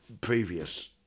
previous